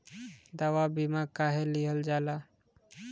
दवा बीमा काहे लियल जाला?